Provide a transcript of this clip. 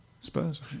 Spurs